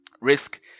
risk